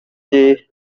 cye